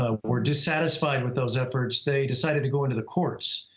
ah were dissatisfied with those efforts, they decided to go into the courts.